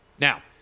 Now